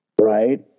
right